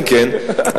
כן, כן.